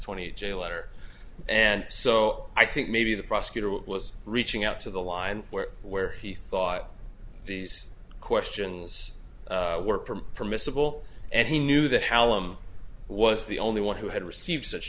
twenty j letter and so i think maybe the prosecutor was reaching out to the line where where he thought these questions were from permissible and he knew that hallam was the only one who had received such